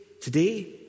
Today